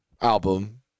album